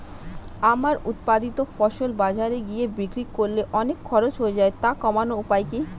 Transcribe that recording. আমার উৎপাদিত ফসল বাজারে গিয়ে বিক্রি করলে অনেক খরচ হয়ে যায় তা কমানোর উপায় কি?